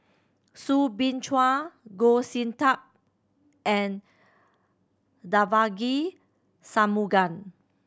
Soo Bin Chua Goh Sin Tub and Devagi Sanmugam